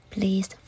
Please